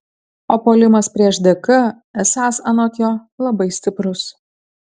o puolimas prieš dk esąs anot jo labai stiprus